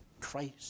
Christ